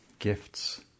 gifts